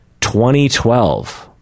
2012